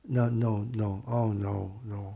no no no oh no no